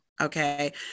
okay